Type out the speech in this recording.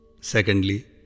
Secondly